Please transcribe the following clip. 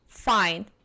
fine